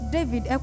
David